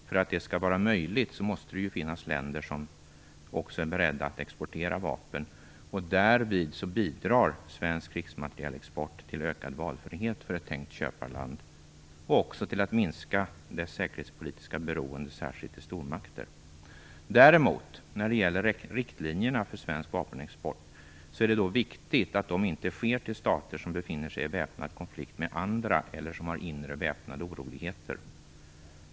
För att det skall vara möjligt måste det ju finnas länder som också är beredda att exportera vapen. Därmed bidrar svensk krigsmaterielexport till ökad valfrihet för ett tänkt köparland och även till att minska dess säkerhetspolitiska beroende, särskilt av stormakter. Däremot är det viktigt att svensk vapenexport inte sker till stater som befinner sig i väpnad konflikt med andra eller som har inre väpnade oroligheter.